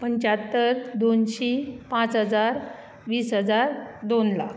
पंच्यात्तर दोनशीं पांच हजार वीस हजार दोन लाख